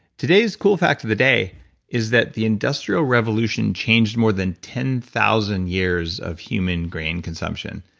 today's cool fact of the day is that the industrial revolution changed more than ten thousand years of human grain consumption.